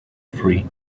free